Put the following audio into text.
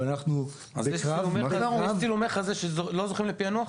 אבל אנחנו בקרב --- ויש צילומי חזה שלא זוכים לפענוח?